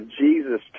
jesus